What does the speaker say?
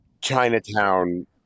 Chinatown